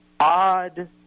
Odd